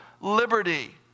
liberty